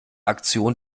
aktion